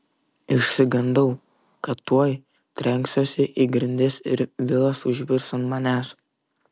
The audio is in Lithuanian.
išsigandau kad tuoj trenksiuosi į grindis ir vilas užvirs ant manęs